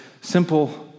simple